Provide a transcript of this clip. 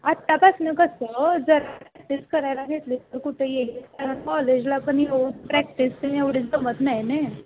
आता पासून कसं ओ जरा प्रॅक्टिस करायला घेतली तर कुठं येईल कॉलेजला पण येऊ प्रॅक्टिस तर एवढच जमत नाही ना